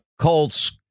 Colts